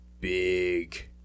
big